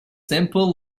simple